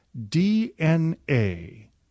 DNA